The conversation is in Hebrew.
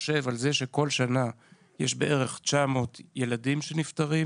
אני חושב שכל שנה יש בערך 900 ילדים שנפטרים